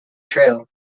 trail